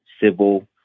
civil